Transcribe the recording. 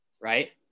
Right